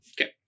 Okay